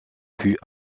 fut